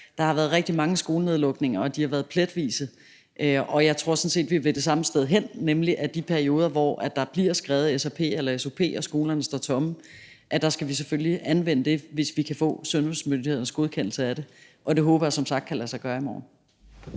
Der har været rigtig mange skolenedlukninger, og de har været pletvise, og jeg tror sådan set, at vi vil det samme sted hen, nemlig at i de perioder, hvor der bliver skrevet srp eller sop og skolerne står tomme, skal vi selvfølgelig anvende det, hvis vi kan få sundhedsmyndighedernes godkendelse af det, og det håber jeg som sagt kan lade sig gøre i morgen.